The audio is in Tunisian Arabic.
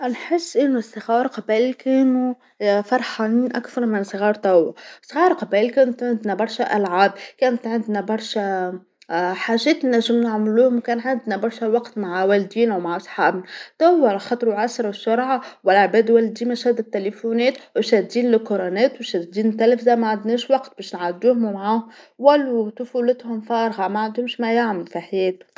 نحس أنو الصغار قبل كانو فرحانين أكثر من الصغار توا، الصغار قبل كانت عندنا برشا ألعاب، كانت عندنا برشا حاجات نجمو نعملوهم، كان عندنا برشا وقت مع والدينا ومع صحابنا، توا علاخاطر العصر والسرعه والعباد ولاو ديما شادين التيليفونات وشادين وشادين التلفزه ماعندناش وقت باش نعدوه معاهم، ولو طفولتهم فارغه ماعندهمش ما يعملو في حياتهم.